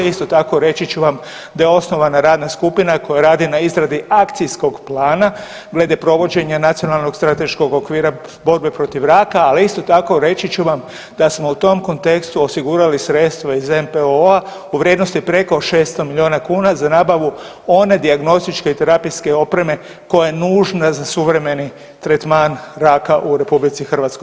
Isto tako reći ću vam da je osnovana radna skupina koja radi na izradi akcijskog plana glede provođenja Nacionalnog strateškog okvira borbe protiv raka, ali isto tako reći ću vam da smo u tom kontekstu osigurali sredstva iz NPOO-a u vrijednosti preko 600 milijuna kuna za nabavu one dijagnostičke i terapijske opreme koja je nužna za suvremeni tretman raka u RH.